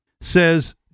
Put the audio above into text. says